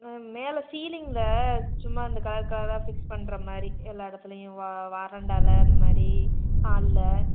ஆ மேலே சீலிங்கில் சும்மா இந்த கலர் கலராக ஃபிக்ஸ் பண்ணுற மாதிரி எல்லா இடத்துலையும் வ வ வரண்டாவில் அந்த மாதிரி ஹாலில்